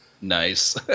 nice